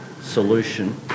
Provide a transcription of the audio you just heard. solution